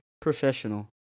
professional